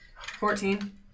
Fourteen